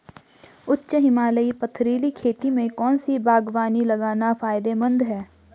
उच्च हिमालयी पथरीली खेती में कौन सी बागवानी लगाना फायदेमंद है?